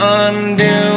undo